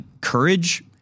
courage